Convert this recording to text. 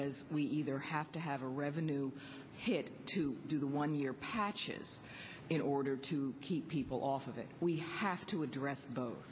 as we either have to have a revenue hit to do the one year patches in order to keep people off of it we have to address